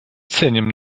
ценим